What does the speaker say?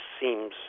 seems